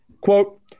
Quote